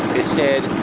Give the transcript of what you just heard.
it said,